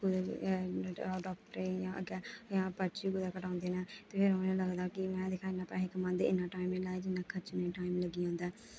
कुतै ते डाक्टरें गी जां अग्गें जां पर्ची कुतै कटांदे ने फिर उ'नेंगी लगदा कि में दिक्खां इ'यां पैसे कमांदे इन्ना टैम निं लाएआ जिन्ना खर्चने गी टाइम लग्गी जंदा ऐ